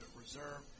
reserve